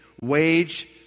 wage